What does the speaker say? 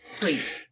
Please